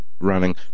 running